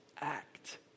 act